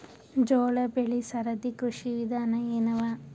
ಜೋಳ ಬೆಳಿ ಸರದಿ ಕೃಷಿ ವಿಧಾನ ಎನವ?